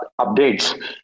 updates